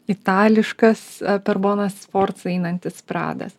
itališkas per boną sforcą einantis pradas